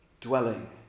dwelling